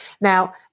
Now